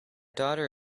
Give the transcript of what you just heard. daughter